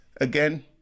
again